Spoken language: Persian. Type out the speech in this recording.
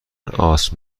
آسم